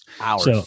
Hours